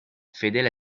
fedele